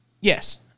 Yes